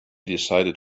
decided